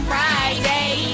Friday